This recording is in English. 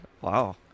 Wow